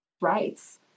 rights